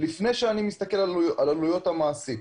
לפני שאני מסתכל על עלויות המעסיק.